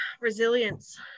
Resilience